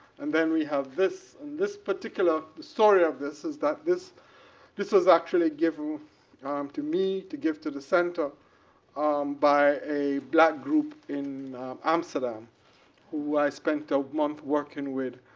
and then, we have this. and this particular story of this is that this this was actually given to me to give to the center by a black group in amsterdam who i spent a month working with